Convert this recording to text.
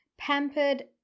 Pampered